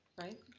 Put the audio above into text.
right?